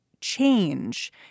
change